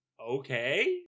okay